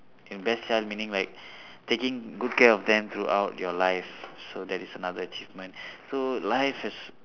best child meaning like taking good care of them throughout your life so that is another achievement so life is